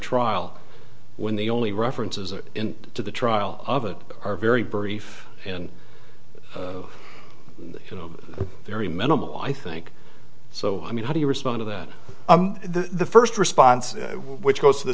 trial when the only references it in to the trial of it are very brief and you know very minimal i think so i mean how do you respond to that the first response which goes to the